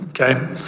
Okay